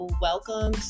welcome